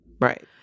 right